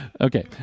okay